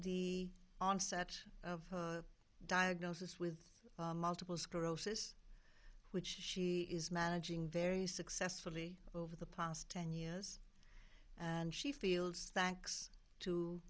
the onset of her diagnosis with multiple sclerosis which she is managing very successfully over the past ten years and she feels thanks to